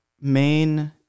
main